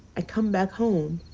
i come back home,